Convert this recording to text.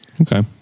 Okay